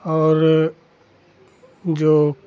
और जो